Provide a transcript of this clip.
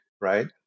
right